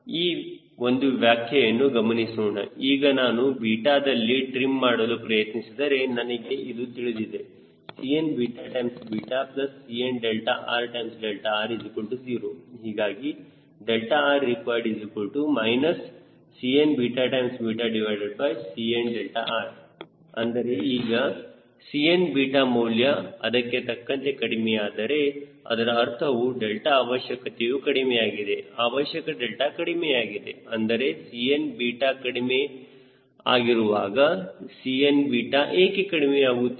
ಈ ಒಂದು ವ್ಯಾಖ್ಯೆಯನ್ನು ಗಮನಿಸೋಣ ಈಗ ನಾನು ಬೀಟಾದಲ್ಲಿ ಟ್ರೀಮ್ ಮಾಡಲು ಪ್ರಯತ್ನಿಸಿದರೆ ನನಗೆ ಇದು ತಿಳಿದಿದೆ CnCnrr0 ಹೀಗಾಗಿ rrequired CnCnr ಅಂದರೆ ಈಗ 𝐶nþ ಮೌಲ್ಯ ಅದಕ್ಕೆ ತಕ್ಕಂತೆ ಕಡಿಮೆಯಾದರೆ ಅದರ ಅರ್ಥವು ಡೆಲ್ಟಾ ಅವಶ್ಯಕತೆಯು ಕಡಿಮೆಯಾಗಿದೆ ಅವಶ್ಯಕ ಡೆಲ್ಟಾ ಕಡಿಮೆಯಾಗಿದೆ ಅಂದರೆ 𝐶nþ ಕಡಿಮೆ ಆಗಿರುವಾಗ 𝐶nþ ಏಕೆ ಕಡಿಮೆಯಾಗುತ್ತದೆ